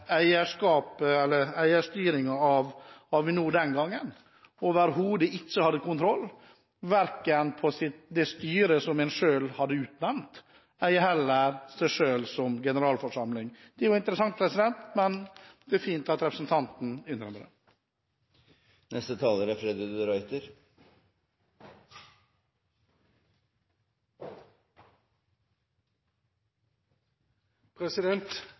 av Avinor den gangen, overhodet ikke hadde kontroll, verken på det styret som en selv hadde utnevnt, ei heller seg selv som generalforsamling. Det er jo interessant, men det er fint at representanten innrømmer det. Jeg registrerer at det raljeres over at de